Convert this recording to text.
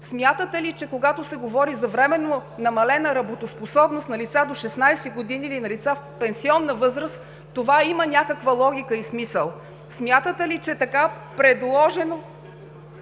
Смятате ли, че когато се говори за временно намалена работоспособност на лица до 16 години или на лица в пенсионна възраст, това има някаква логика и смисъл? (Реплика от народния